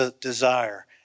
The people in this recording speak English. desire